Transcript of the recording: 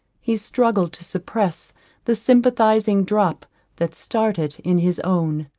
he struggled to suppress the sympathizing drop that started in his own.